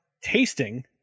tasting